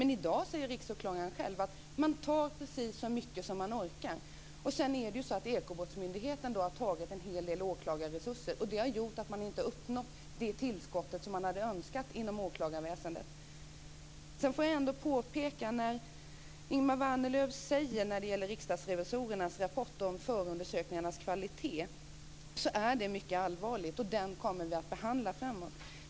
I dag säger dock Riksåklagaren själv att man tar precis så mycket som man orkar. Sedan har ju också Ekobrottsmyndigheten tagit en hel del åklagarresurser, vilket har gjort att man inte uppnått det tillskott som man hade önskat inom åklagarväsendet. Sedan vill jag påpeka en sak: Det Ingemar Vänerlöv säger om Riksdagsrevisorernas rapport om förundersökningarnas kvalitet är mycket allvarligt, och denna kommer vi att behandla framöver.